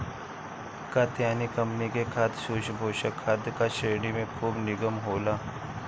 Katyayani company के खाद सूक्ष्म पोषक खाद का श्रेणी में खूब निमन होला